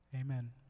Amen